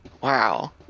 wow